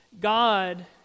God